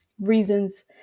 reasons